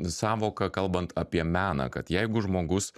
sąvoka kalbant apie meną kad jeigu žmogus